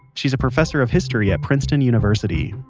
she's a professor of history at princeton university.